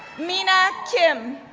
mina kim,